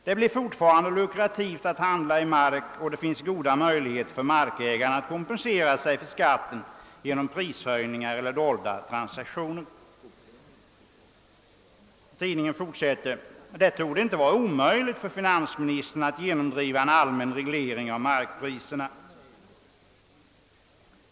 Det blir fortfarande lukrativt att handla i mark, och det finns goda möjligheter för markägarna att kompensera sig för skatten genom prishöjningar eller dolda transaktioner.» Tidningen fortsätter: »Det torde inte vara omöjligt för finansministern att genomdriva en allmän reglering av markpriserna.